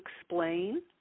explain